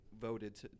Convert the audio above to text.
voted